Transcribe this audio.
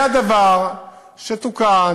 היה דבר שתוקן,